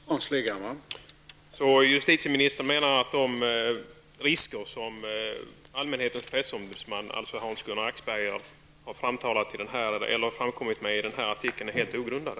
Herr talman! Så justitieministern menar att de risker som allmänhetens pressombudsman Hans Gunnar Axberger skrivit om i den här artikeln är helt ogrundade?